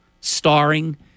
starring